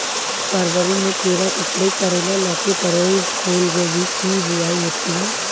फरवरी में खीरा, ककड़ी, करेला, लौकी, तोरई, फूलगोभी की बुआई होती है